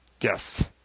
Yes